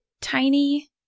Tiny